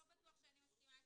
לא בטוח שאני מסכימה לרעיון.